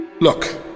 Look